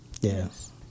Yes